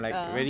ah